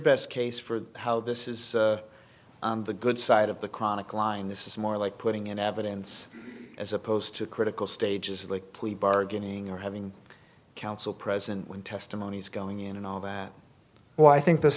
best case for how this is on the good side of the chronic line this is more like putting in evidence as opposed to critical stages like plea bargaining or having counsel present when testimony is going in and all that well i think this